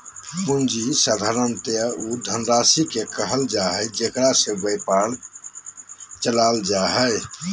पूँजी साधारणतय उ धनराशि के कहइ हइ जेकरा से व्यापार चलाल जा हइ